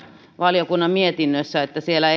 valiokunnan mietinnöistä että siellä